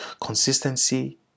consistency